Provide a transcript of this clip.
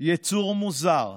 יצור מוזר,